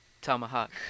Tomahawk